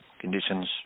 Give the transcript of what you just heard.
conditions